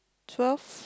twelve